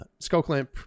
Skullclamp